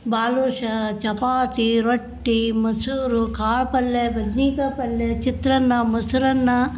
ಬಾದುಷಾ ಚಪಾತಿ ರೊಟ್ಟಿ ಮೊಸರು ಕಾಳು ಪಲ್ಯ ಬದ್ನೆಕಾಯ್ ಪಲ್ಯ ಚಿತ್ರಾನ್ನ ಮೊಸರನ್ನ